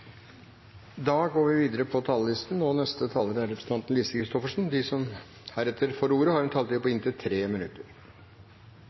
er omme. De talere som heretter får ordet, har en taletid på inntil 3 minutter.